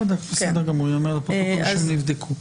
אה, בדקת, ייאמר לפרוטוקול שהם נבדקו.